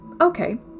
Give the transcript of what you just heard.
okay